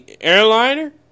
airliner